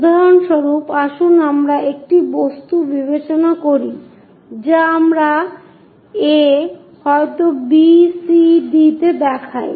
উদাহরণস্বরূপ আসুন আমরা একটি বস্তু বিবেচনা করি যা আমরা a হয়তো b c d তে দেখাই